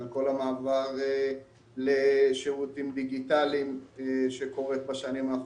כל המעבר לשירותים דיגיטליים שקורה בשנים האחרונות.